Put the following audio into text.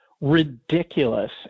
ridiculous